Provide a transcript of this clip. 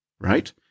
right